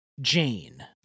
Jane